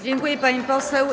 Dziękuję, pani poseł.